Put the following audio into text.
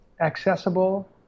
accessible